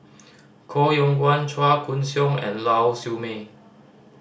Koh Yong Guan Chua Koon Siong and Lau Siew Mei